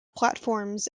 platforms